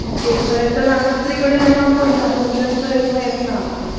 okay बरें तर हांव दुसरे कडेन आनी हांव पळयना तुमचेच हितून येतलें हांव